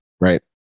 right